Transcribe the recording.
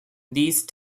these